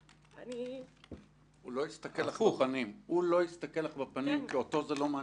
הוא לא יסתכל לך בפנים כי אותו זה לא מעניין.